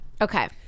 okay